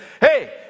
hey